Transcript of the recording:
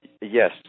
Yes